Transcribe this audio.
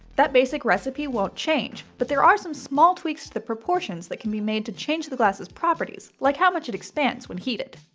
that basic recipe won't change, but there are some small tweaks to the proportions that can be made to change the glass's properties like how much it expands when heated.